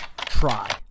try